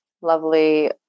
lovely